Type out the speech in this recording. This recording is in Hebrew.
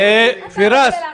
אתה רוצה להחליט?